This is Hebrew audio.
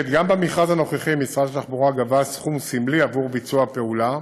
גם במכרז הנוכחי משרד התחבורה גבה סכום סמלי עבור ביצוע פעולה,